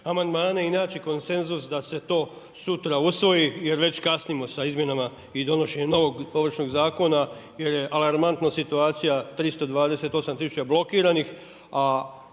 amandmane i naći konsenzus da se to sutra usvoji jer već kasnimo sa izmjenama i donošenjem novog Ovršnog zakona jer je alarmantna situacija 328 tisuća blokiranih,